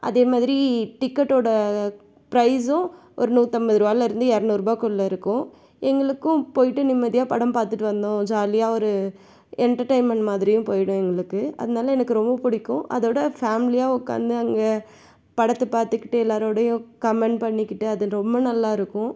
அதே மாதிரி டிக்கட்டோட ப்ரைஸும் ஒரு நூற்றம்பதுருவால இருந்து இரநூறுபாக்குள்ள இருக்கும் எங்களுக்கும் போய்விட்டு நிம்மதியாக படம் பார்த்துட்டு வந்தோம் ஜாலியாக ஒரு எண்டர்டைமெண்ட் மாதிரியும் போய்விடும் எங்களுக்கு அதனால எனக்கு ரொம்ப பிடிக்கும் அதோட ஃபேமிலியாக உட்காந்து அங்கே படத்தை பார்த்துக்கிட்டு எல்லாரோடையும் கமெண்ட் பண்ணிக்கிட்டு அது ரொம்ப நல்லாருக்கும்